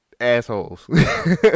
assholes